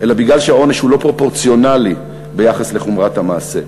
אלא מפני שהעונש הוא לא פרופורציונלי ביחס לחומרת המעשה.